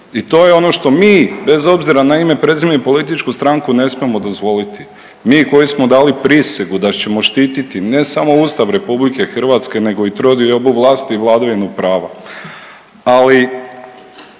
I to je ono što mi, bez obzira na ime, prezime i političku stranku ne smijemo dozvoliti. Mi koji smo dali prisegu da ćemo štititi ne samo Ustav Republike Hrvatske, nego i trodiobu vlasti i vladavinu prava. Ali